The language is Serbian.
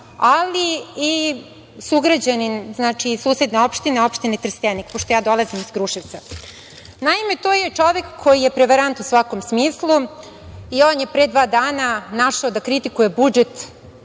ali i sugrađanin iz susedne opštine, opštine Trstenik, pošto ja dolazim iz Kruševca. Naime, to je čovek koji je prevarant u svakom smislu i on je pre dva dana našao da kritikuje budžet